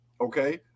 okay